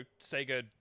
Sega